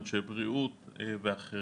אנשי בריאות ואחרים.